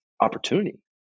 opportunity